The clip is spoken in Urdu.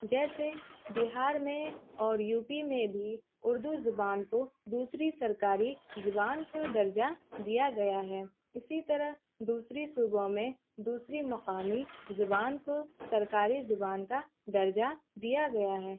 جیسے بہار میں اور یو پی میں بھی اردو زبان کو دوسری سرکاری زبان کا درجہ دیا گیا ہے اسی طرح دوسری صوبوں میں دوسری مقامی زبان کو سرکاری زبان کا درجہ دیا گیا ہے